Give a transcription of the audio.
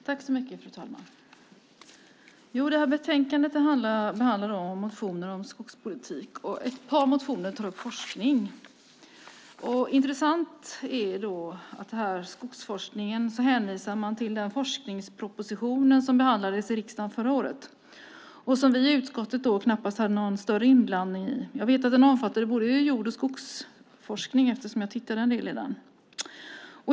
Fru talman! I det här betänkandet behandlas motioner om skogspolitik. Ett par motioner tar upp frågor om forskning. Det är intressant att i fråga om skogsforskning hänvisas till den forskningsproposition som behandlades i riksdagen förra året. Vi i utskottet hade knappast någon större inblandning i den propositionen. Jag vet att propositionen omfattade både jord och skogsforskning, eftersom jag tittade en del i den.